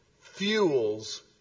fuels